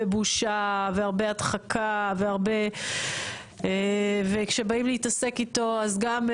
בושה והרבה הדחקה וכשבאים להתעסק איתו אז גם,